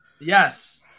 Yes